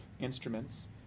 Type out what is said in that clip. instruments